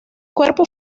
cuerpo